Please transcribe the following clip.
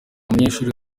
umunyeshuri